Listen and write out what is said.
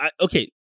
okay